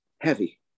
heavy